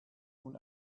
nun